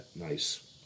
nice